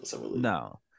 No